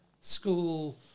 school